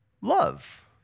love